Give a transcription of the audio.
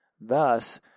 Thus